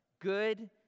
good